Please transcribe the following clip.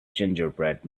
gingerbread